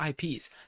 IPs